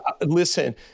listen